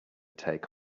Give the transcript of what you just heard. take